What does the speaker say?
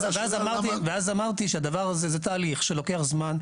ואז אמרתי שהדבר הזה זה תהליך שלוקח זמן,